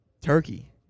Turkey